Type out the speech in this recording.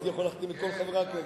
יכולתי להחתים את כל חברי הכנסת,